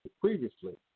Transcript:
previously